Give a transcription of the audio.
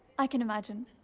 i can imagine.